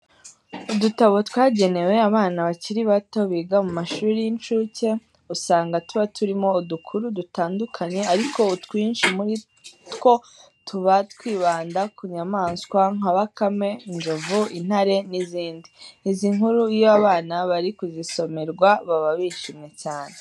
Udutabo twagenewe abana bakiri bato biga mu mashuri y'incuke, usanga tuba turimo udukuru dutandukanye ariko utwinshi muri two tuba twibanda ku nyamaswa nka bakame, inzovu, intare n'izindi. Izi nkuru iyo abana bari kuzisomerwa baba bishimye cyane.